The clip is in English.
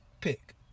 Pick